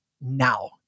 now